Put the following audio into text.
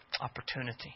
opportunity